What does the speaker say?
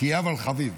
תהיה חביב.